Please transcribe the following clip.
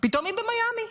פתאום היא במיאמי,